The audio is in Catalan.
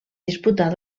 disputar